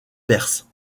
perse